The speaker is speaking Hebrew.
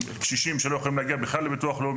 הקשישים שלא יכולים להגיע בכלל לביטוח הלאומי,